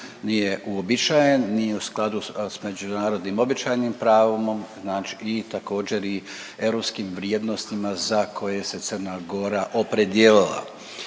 nije uobičajen, nije u skladu s međunarodnim običajnim pravom i također europskim vrijednostima za koje se Crna Gora opredijelila.